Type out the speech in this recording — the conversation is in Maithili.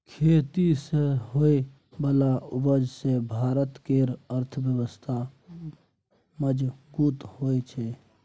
खेती सँ होइ बला उपज सँ भारत केर अर्थव्यवस्था मजगूत होइ छै